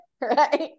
right